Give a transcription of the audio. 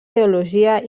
teologia